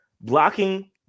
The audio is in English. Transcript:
blocking